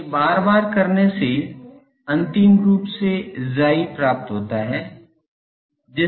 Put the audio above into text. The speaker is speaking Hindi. इसलिए बार बार करने से अंतिम रूप से Chi प्राप्त होता है